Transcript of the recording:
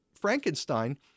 Frankenstein